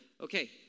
okay